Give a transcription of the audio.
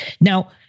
Now